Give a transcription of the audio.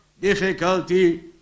difficulty